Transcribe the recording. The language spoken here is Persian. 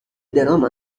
درام